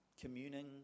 communing